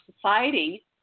society